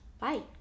Bye